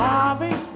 Marvin